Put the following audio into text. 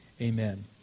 Amen